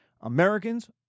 Americans